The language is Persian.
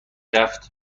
رفت